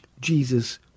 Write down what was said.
Jesus